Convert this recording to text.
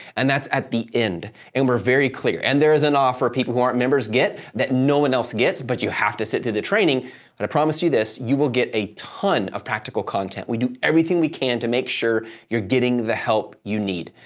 and that's at the end and we're very clear. and there is an offer people who aren't members get that no one else gets, but you have to sit through the training, but i promise you this, you will get a ton of practical content. we do everything we can to make sure you're getting the help you need.